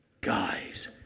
Guys